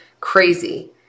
crazy